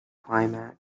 climax